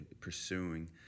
pursuing